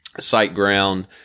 SiteGround